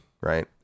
Right